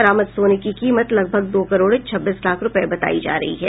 बरामद सोने की कीमत लगभग दो करोड़ छब्बीस लाख रूपये बतायी जा रही है